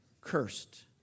cursed